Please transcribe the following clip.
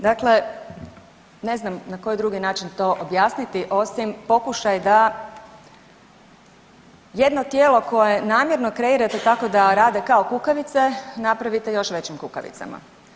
Dakle, ne znam na koji drugi način to objasniti osim pokušaj da jedno tijelo koje namjerno kreirate tako da rade kao kukavice napravite još većim kukavicama.